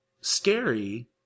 scary